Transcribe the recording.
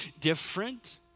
different